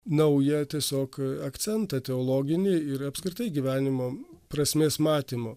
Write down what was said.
naują tiesiog akcentą teologinį ir apskritai gyvenimo prasmės matymo